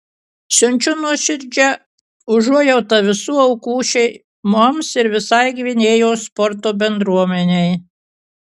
siunčiu nuoširdžią užuojautą visų aukų šeimoms ir visai gvinėjos sporto bendruomenei